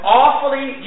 awfully